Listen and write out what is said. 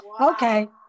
Okay